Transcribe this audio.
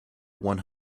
one